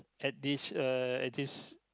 at this uh at this